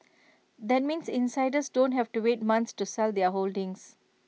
that means insiders don't have to wait months to sell their holdings